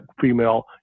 female